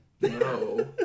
No